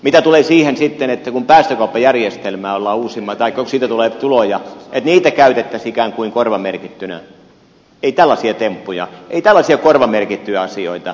mitä tulee siihen että kun päästökauppajärjestelmästä tulee tuloja niitä käytettäisiin ikään kuin korvamerkittyinä ei tällaisia temppuja ei tällaisia korvamerkittyjä asioita